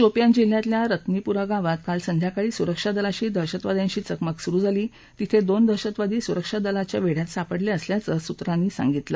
शोपियान जिल्ह्यातल्या रत्नीपुरागावात काल संध्याकाळी सुरक्षा दलाशी दहशतवाद्यांशी चमकम सुरु झाली तिथं दोन दहशतवादी सुरक्षा दलाच्या वेढयात सापडले असल्याचं सुत्रांनी सांगितलं